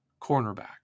cornerback